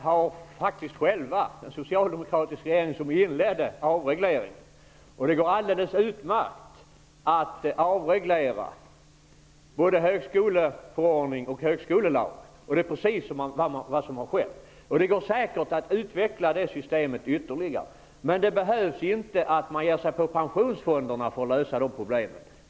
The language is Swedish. Herr talman! Det var faktiskt en socialdemokratisk regering som inledde avregleringen. Det går alldeles utmärkt att avreglera både högskoleförordning och högskolelag. Det är precis vad som har skett. Det går säkert att utveckla det systemet ytterligare. Men man behöver inte ge sig på pensionsfonderna för att lösa de problemen.